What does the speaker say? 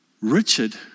Richard